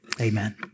Amen